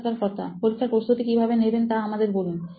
সাক্ষাৎকারকর্তা পরীক্ষার প্রস্তুতি কিভাবে নেবেন তা আমাদের বলুন